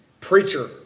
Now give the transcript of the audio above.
preacher